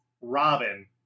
Robin